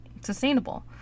sustainable